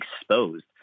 exposed